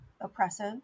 oppressive